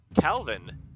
calvin